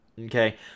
okay